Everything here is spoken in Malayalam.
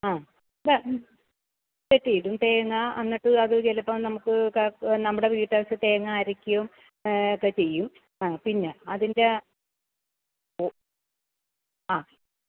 ആ വെട്ടിയിടും തേങ്ങ എന്നിട്ട് അത് ചിലപ്പം നമുക്ക് നമ്മുടെ വീട്ടാവശ്യത്തിന് തേങ്ങ അരയ്ക്കും ഒക്കെ ചെയ്യും അ പിന്നെ അതിന്റ ഒ അ